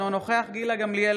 אינו נוכח גילה גמליאל,